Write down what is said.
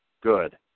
Good